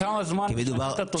כל כמה זמן תשני את התוספת?